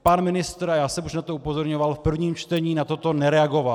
Pan ministr, a já jsem už na to upozorňoval v prvním čtení, na toto nereagoval.